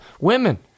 women